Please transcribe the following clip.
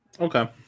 Okay